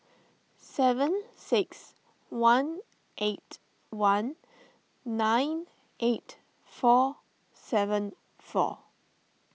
seven six one eight one nine eight four seven four